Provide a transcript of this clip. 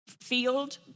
field